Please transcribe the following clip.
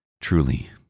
Truly